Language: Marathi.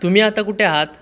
तुम्ही आता कुठे आहात